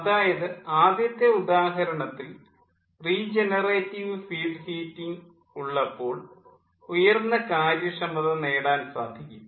അതായത് ആദ്യത്തെ ഉദാഹരണത്തിൽ റീജനറേറ്റീവ് ഫീഡ് ഹീറ്റിംഗ് ഉള്ളപ്പോൾ ഉയർന്ന കാര്യക്ഷമത നേടാൻ സാധിക്കും